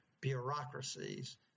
bureaucracies